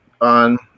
on